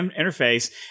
interface